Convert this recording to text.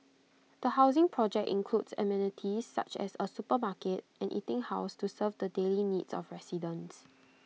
the housing project includes amenities such as A supermarket and eating house to serve the daily needs of residents